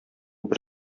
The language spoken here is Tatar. бер